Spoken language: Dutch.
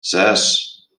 zes